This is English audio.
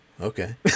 okay